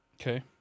Okay